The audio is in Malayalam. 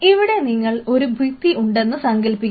ഇവിടെ നിങ്ങൾ ഒരു ഭിത്തി ഉണ്ടെന്നു സങ്കൽപ്പിക്കുക